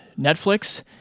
Netflix